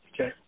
Okay